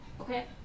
okay